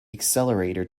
accelerator